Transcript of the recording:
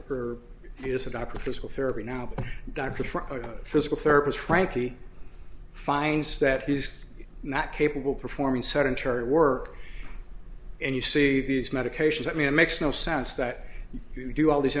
is a doctor physical therapy now doctor for a physical therapist frankie finds that he's not capable performing sedentary work and you see these medications i mean it makes no sense that you do all these